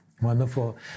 Wonderful